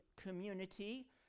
community